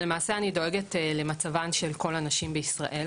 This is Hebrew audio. אבל למעשה אני דואגת למצבן של כל הנשים בישראל,